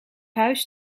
huis